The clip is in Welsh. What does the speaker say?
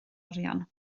arian